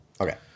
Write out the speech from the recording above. Okay